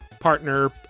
partner